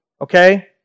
okay